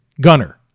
gunner